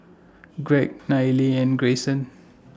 Gregg Nayely and Greyson